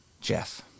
Jeff